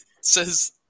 says